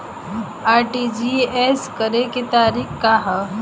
RTGS करे के तरीका का हैं?